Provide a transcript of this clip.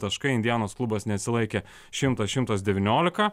taškai indianos klubas neatsilaikė šimtas šimtas devyniolika